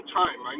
time